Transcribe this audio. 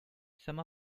some